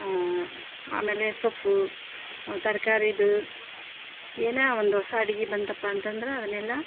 ಆಮೇಲೆ ಸೊಪ್ಪು ತರಕಾರಿದು ಏನು ಒಂದು ಹೊಸ ಅಡುಗೆ ಬಂತಪ್ಪ ಅಂತಂದ್ರೆ ಅದನ್ನೆಲ್ಲ